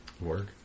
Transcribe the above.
work